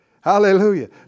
Hallelujah